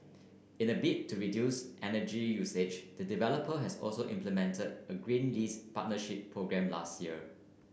in a bid to reduce energy usage the developer has also implemented a green lease partnership programme last year